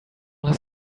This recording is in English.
his